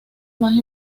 más